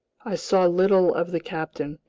i saw little of the captain.